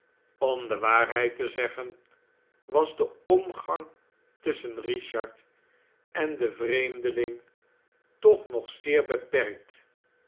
om de waarheid te zeggen was de omgang tusschen richard en den vreemdeling toch nog zeer beperkt